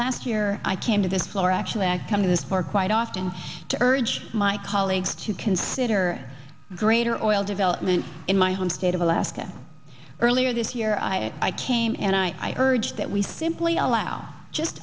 last year i came to this floor actually i come to this for quite often to urge my colleagues to consider greater oil development in my home state of alaska earlier this year i i came and i urged that we simply allow just